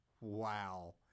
Wow